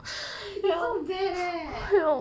it's so bad